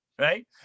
right